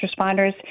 responders